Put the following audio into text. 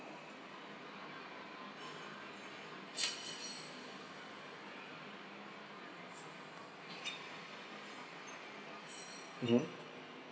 mmhmm